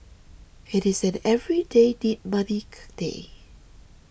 it is an everyday need money day